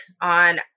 on